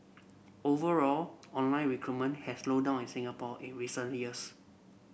overall online recruitment has slowed down in Singapore in recent years